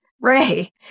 Ray